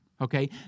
okay